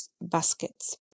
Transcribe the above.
baskets